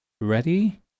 Ready